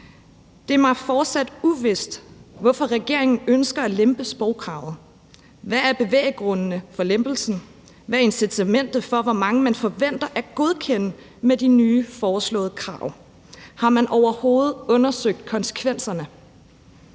Det er mig fortsat uvist, hvorfor regeringen ønsker at lempe sprogkravet. Hvad er bevæggrundene for lempelsen? Hvad er incitamentet for, hvor mange man forventer at godkende med de nye foreslåede krav? Har man overhovedet undersøgt konsekvenserne?